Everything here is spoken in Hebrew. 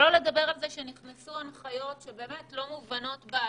שלא לדבר על זה שנכנסו הנחיות שלא מובנות בעליל,